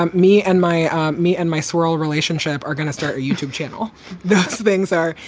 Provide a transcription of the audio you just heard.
um me and my me and my swirl relationship are going to start a youtube channel that's things are.